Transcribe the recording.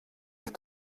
ils